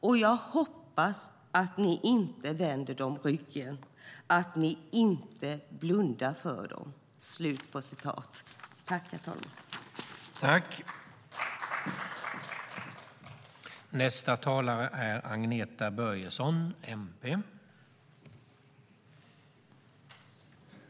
Och jag hoppas att ni inte vänder dem ryggen, att ni inte blundar för dem." I detta anförande instämde Christer Adelsbo, Arhe Hamednaca, Mattias Jonsson och Elin Lundgren .